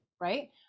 right